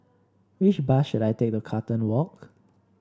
which bus should I take to Carlton Walk